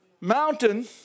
mountain